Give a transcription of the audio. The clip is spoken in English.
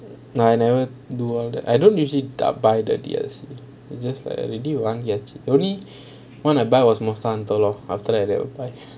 oh I never do all that I don't usually dubbed by the D_S_C it's just like they did once yeti only win about was fun also lor after that I never buy